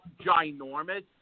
ginormous